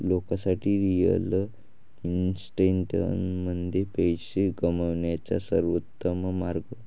लोकांसाठी रिअल इस्टेटमध्ये पैसे कमवण्याचा सर्वोत्तम मार्ग